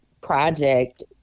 project